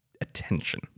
attention